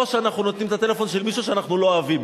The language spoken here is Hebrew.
או שאנחנו נותנים את הטלפון של מישהו שאנחנו לא אוהבים.